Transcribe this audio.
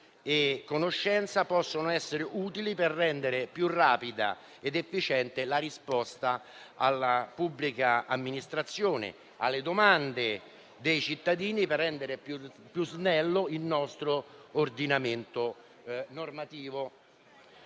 e conoscenza, possono essere utili per rendere più rapida ed efficiente la risposta della pubblica amministrazione alle domande dei cittadini per rendere più snello il nostro ordinamento normativo.